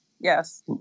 Yes